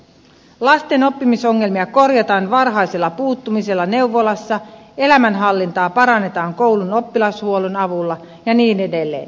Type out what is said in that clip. lasten oppimisongelmia korjataan varhaisella puuttumisella neuvolassa elämänhallintaa parannetaan koulun oppilashuollon avulla ja niin edelleen